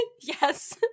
Yes